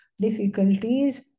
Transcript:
Difficulties